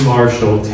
Marshall